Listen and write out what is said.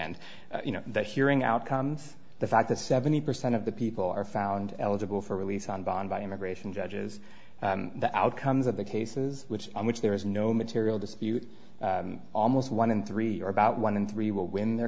end you know that hearing outcomes the fact that seventy percent of the people are found eligible for release on bond by immigration judges the outcomes of the cases which on which there is no material dispute almost one in three are about one in three will win their